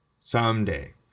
Someday